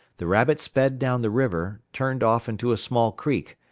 the rabbit sped down the river, turned off into a small creek,